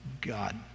God